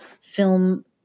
film